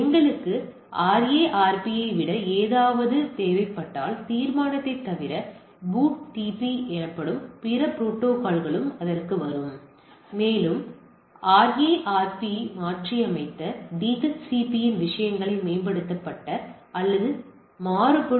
எங்களுக்கு RARP ஐ விட வேறு ஏதாவது தேவைப்பட்டால் தீர்மானத்தைத் தவிர BOOTP எனப்படும் பிற புரோட்டோகால்களும் அதற்கு வரும் மேலும் RARP ஐ மாற்றியமைத்த DHCP இன் விஷயங்களின் மேம்படுத்தப்பட்ட அல்லது மாறுபடும்